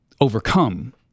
overcome